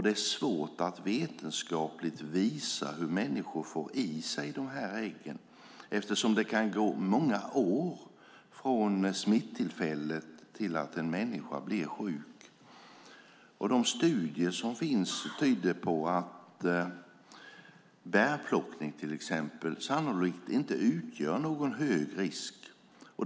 Det är svårt att vetenskapligt visa hur människor får i sig dessa ägg eftersom det kan gå många år från smittotillfället till att en människa blir sjuk. De studier som finns tyder på att till exempel bärplockning sannolikt inte utgör någon hög risk.